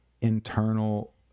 internal